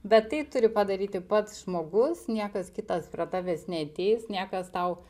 bet tai turi padaryti pats žmogus niekas kitas prie tavęs neateis niekas tau